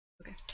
Okay